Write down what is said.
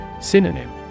Synonym